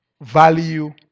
value